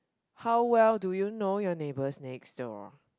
how well do you know your neighbors next door